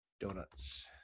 donuts